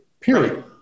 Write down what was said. period